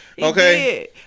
Okay